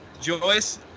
Joyce